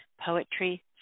poetry